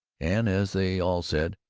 and as they all said,